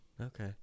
Okay